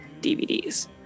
DVDs